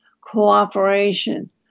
cooperation